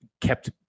kept